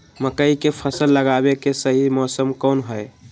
मकई के फसल लगावे के सही मौसम कौन हाय?